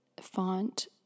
font